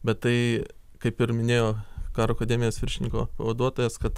bet tai kaip ir minėjo karo akademijos viršininko pavaduotojas kad